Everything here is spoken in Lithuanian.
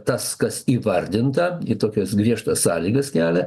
tas kas įvardinta ji tokias griežtas sąlygas kelia